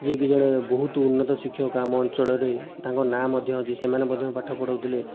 ଯିଏକି ଜଣେ ବହୁତ ଉନ୍ନତ ଶିକ୍ଷକ ଆମ ଅଞ୍ଚଳରେ ତାଙ୍କ ନାଁ ମଧ୍ୟ ଅଛି ସେମାନେ ମଧ୍ୟ ପାଠ ପଢ଼ାଉଥିଲେ